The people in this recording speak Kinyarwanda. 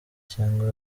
cyangwa